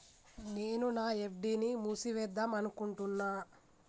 నేను నా ఎఫ్.డి ని మూసివేద్దాంనుకుంటున్న